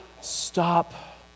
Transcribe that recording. Stop